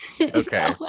Okay